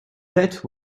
that